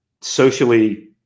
socially